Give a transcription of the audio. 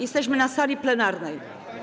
Jesteśmy na sali plenarnej.